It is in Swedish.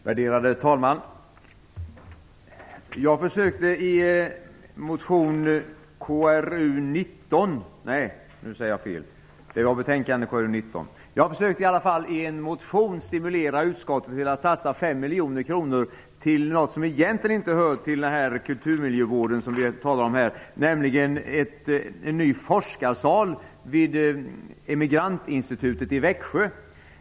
Värderade talman! Jag har i en motion försökt stimulera utskottet till en satsning om 5 miljoner kronor på något som egentligen inte hör till den kulturmiljövård som vi nu talar om, nämligen en ny forskarsal vid emigrantinstitutet i Växjö.